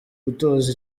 gutoza